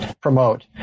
promote